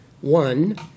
one